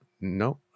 No